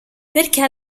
perché